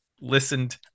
listened